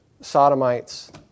sodomites